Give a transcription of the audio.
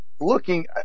looking